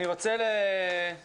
אני רוצה לסכם.